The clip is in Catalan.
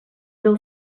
del